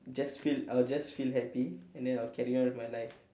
just feel I'll just feel happy and then I'll carry on with my life